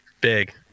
Big